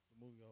movie